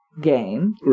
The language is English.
gain